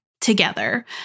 together